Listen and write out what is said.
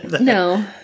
No